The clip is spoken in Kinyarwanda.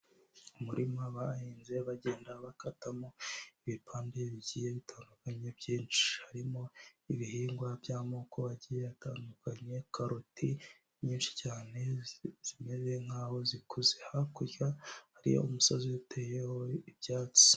Umurima bahinze bagenda bakatamo ibipande bigiye bitandukanye byinshi, harimo ibihingwa by'amoko agiye atandukanye, karoti nyinshi cyane zimeze nkaho zikuze, hakurya hariyo umusozi uteyeho ibyatsi.